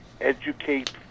educate